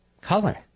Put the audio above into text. Color